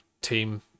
team